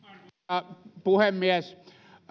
arvoisa puhemies